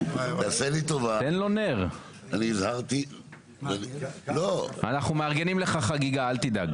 תן לו נר, אנחנו מארגנים לך חגיגה אל תדאג.